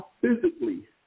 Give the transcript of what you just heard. physically